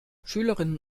schülerinnen